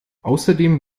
außerdem